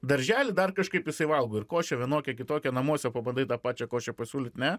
daržely dar kažkaip jisai valgo ir košę vienokią kitokią namuose pabandai tą pačia košę pasiūlyt ne